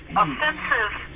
offensive